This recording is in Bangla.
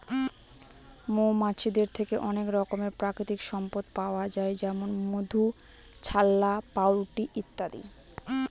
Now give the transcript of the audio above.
মৌমাছিদের থেকে অনেক রকমের প্রাকৃতিক সম্পদ পাওয়া যায় যেমন মধু, ছাল্লা, পাউরুটি ইত্যাদি